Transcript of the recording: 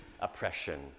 oppression